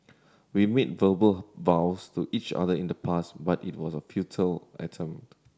we made verbal vows to each other in the past but it was a futile attempt